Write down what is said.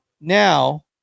now